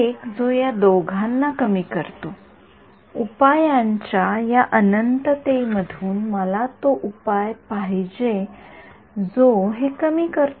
एक जो या दोघांना कमी करतो उपायांच्या या अनंततेमधून मला तो उपाय पाहिजे जो हे कमी करते